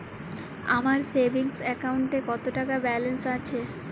আমার সেভিংস অ্যাকাউন্টে কত টাকা ব্যালেন্স আছে?